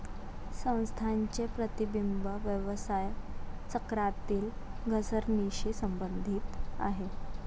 संस्थांचे प्रतिबिंब व्यवसाय चक्रातील घसरणीशी संबंधित आहे